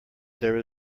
there